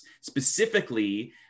specifically